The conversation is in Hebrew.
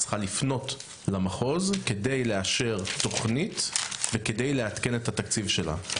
צריכה לפנות למחוז כדי לאשר תכנית ובכדי לעדכן את התקציב שלה.